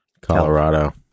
colorado